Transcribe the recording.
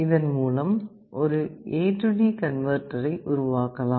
இதன் மூலம் ஒரு AD கன்வேர்டரை உருவாக்கலாம்